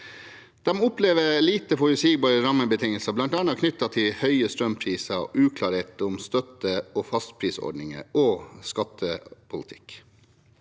De opplever lite forutsigbare rammebetingelser, bl.a. knyttet til høye strømpriser, uklarhet om støtte og fastprisordninger og skattepolitikk.